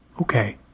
Okay